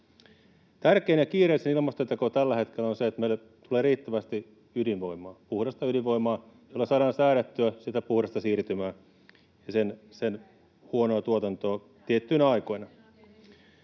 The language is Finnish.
Tärkein ja kiireellisin ilmastoteko tällä hetkellä on se, että meille tulee riittävästi ydinvoimaa, puhdasta ydinvoimaa, jolla saadaan säädettyä sitä puhdasta siirtymää ja sen huonoa tuotantoa tiettyinä aikoina.